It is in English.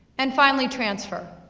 and finally, transfer.